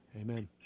Amen